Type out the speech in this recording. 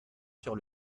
sur